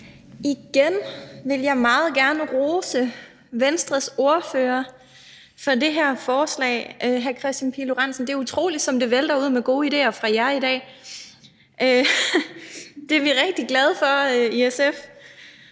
Igen vil jeg meget gerne rose Venstres ordfører for et forslag, hr. Kristian Pihl Lorentzen. Det er utroligt, som det vælter ud med gode idéer fra jer i dag. Det er vi i SF rigtig glade for.